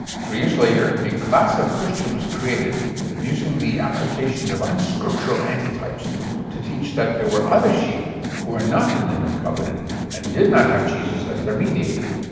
three years later, a class of christian was created using the application of unscriptural antitypes to teach that there were other sheep who were not in the new covenant and did not have jesus as their mediator.